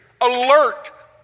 alert